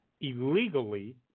illegally